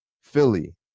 Philly